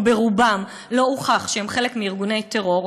או רובם לא הוכח שהם חלק מארגוני טרור,